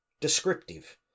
descriptive